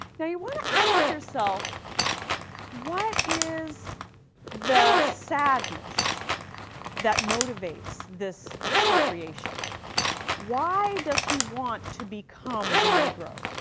now, you want to ask yourself what is the sadness that motivates this appropriation why does he want to become the negro?